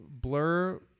blur